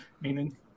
meaning